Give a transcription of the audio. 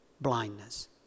blindness